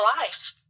life